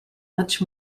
much